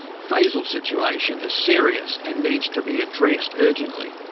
fazel's situation is serious and needs to be addressed urgently.